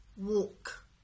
walk